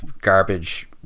garbage